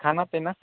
ଖାନା ପିନା